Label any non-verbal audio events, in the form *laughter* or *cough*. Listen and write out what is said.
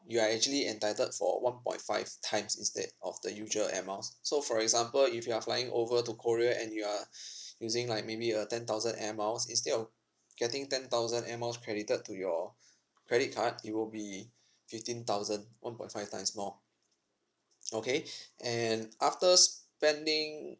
you are actually entitled for one point five times instead of the usual air miles so for example if you are flying over to korea and you are using like maybe uh ten thousand air miles instead of getting ten thousand air miles credited to your credit card it will be fifteen thousand one point five times more *noise* okay and after spending